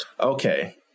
Okay